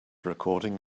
recording